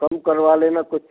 कम करवा लेना कुछ